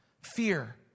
Fear